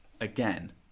again